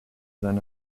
than